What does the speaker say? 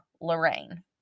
Lorraine